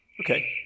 Okay